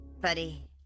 Buddy